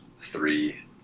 three